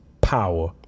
power